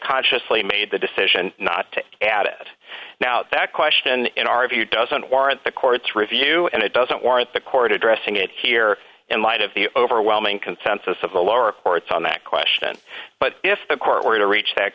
consciously made the decision not to add it now that question in our view doesn't warrant the court's review and it doesn't warrant the court addressing it here in light of the overwhelming consensus of the lower courts on that question but if the court were to reach that